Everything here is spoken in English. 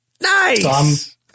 Nice